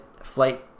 flight